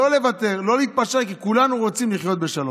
לא לוותר, לא להתפשר, כי כולנו רוצים לחיות בשלום.